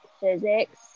physics